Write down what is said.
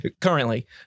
Currently